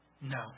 No